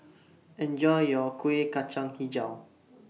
Enjoy your Kueh Kacang Hijau